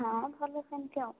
ହଁ ଭଲ ସେମିତି ଆଉ